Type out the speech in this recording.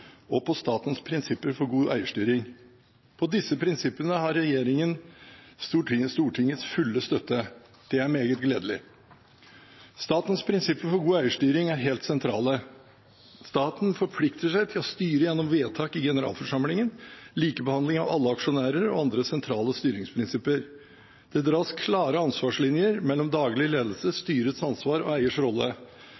og på statens prinsipper for god eierstyring. For disse prinsippene har regjeringen Stortingets fulle støtte. Det er meget gledelig. Statens prinsipper for god eierstyring er helt sentrale. Staten forplikter seg til å styre gjennom vedtak i generalforsamling, likebehandling av alle aksjonærer og andre sentrale styringsprinsipper. Det dras klare ansvarslinjer mellom daglig ledelse, styrets ansvar og eiers rolle.